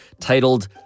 titled